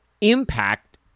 impact